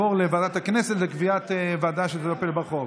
הכנסת לקביעת ועדה שתטפל בחוק.